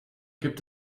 gibt